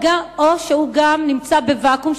או שגם הוא נמצא בוואקום,